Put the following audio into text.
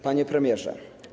Panie Premierze!